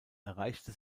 erreichte